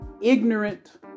ignorant